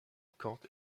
kant